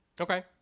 Okay